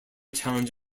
challenge